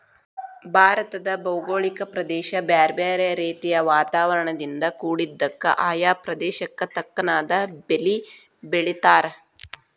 ಭಾರತದ ಭೌಗೋಳಿಕ ಪ್ರದೇಶ ಬ್ಯಾರ್ಬ್ಯಾರೇ ರೇತಿಯ ವಾತಾವರಣದಿಂದ ಕುಡಿದ್ದಕ, ಆಯಾ ಪ್ರದೇಶಕ್ಕ ತಕ್ಕನಾದ ಬೇಲಿ ಬೆಳೇತಾರ